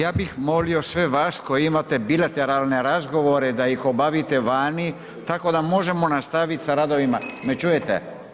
Ja bih molio sve vas koji imate bilateralne razgovore da ih obavite vani tako da možemo nastaviti sa radovima, me čujete?